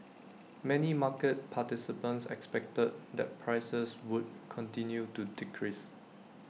many market participants expected that prices would continue to decrease